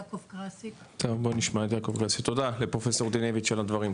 תודה לפרופסור דינביץ' על הדברים.